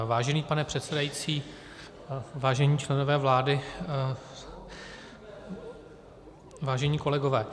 Vážený pane předsedající, vážení členové vlády, vážení kolegové.